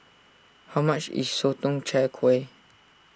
how much is Sotong Char Kway